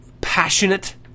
passionate